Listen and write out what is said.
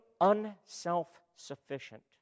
unself-sufficient